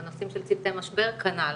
בנושאים של צוותי משבר כנ"ל.